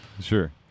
sure